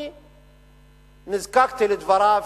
אני נזקקתי לדבריו